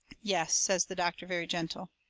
yes, says the doctor, very gentle.